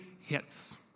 hits